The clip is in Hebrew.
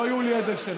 לא יולי אדלשטיין,